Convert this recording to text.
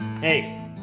Hey